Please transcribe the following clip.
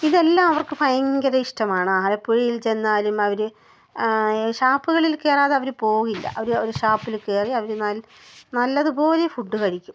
ഇതെല്ലാം അവർക്ക് ഭയങ്കര ഇഷ്ട്മാണ് ആലപ്പുഴയിൽ ചെന്നാലും അവർ ഷാപ്പുകളിൽ കയറാതെ അവർ പോവില്ല അവർ അവർ ഷാപ്പിൽ കയറി അവർ നല്ല നല്ലതുപോലെ ഫുഡ് കഴിക്കും